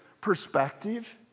perspective